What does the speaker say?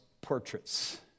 portraits